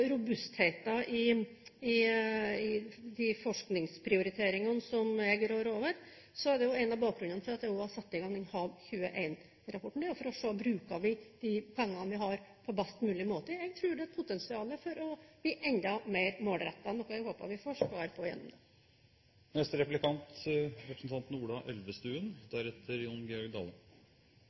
i de forskningsprioriteringene som jeg rår over, er det en av bakgrunnene for at jeg også har satt i gang Hav 21-prosessen. Det er for å se på om vi bruker de pengene vi har, på best mulig måte. Jeg tror det er et potensial for å bli enda mer målrettet, noe jeg håper vi får svar på gjennom den. Jeg har et spørsmål litt i skjæringspunktet med Miljøverndepartementet. Det